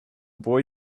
boy